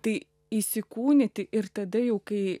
tai įsikūnyti ir tada jau kai